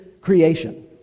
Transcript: creation